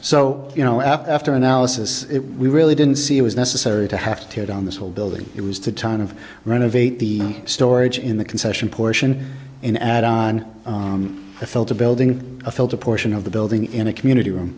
so you know after analysis we really didn't see it was necessary to have to put on this whole building it was to ton of renovate the storage in the concession portion an add on the fill to building a filter portion of the building in a community room